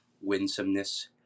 winsomeness